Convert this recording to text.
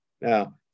Now